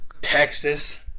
Texas